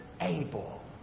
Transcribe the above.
able